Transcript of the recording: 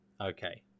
Okay